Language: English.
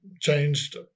changed